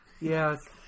Yes